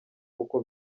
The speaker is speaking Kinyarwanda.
uko